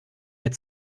mit